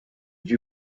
due